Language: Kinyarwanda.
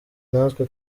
natwe